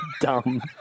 dumb